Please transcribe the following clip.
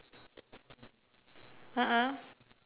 a'ah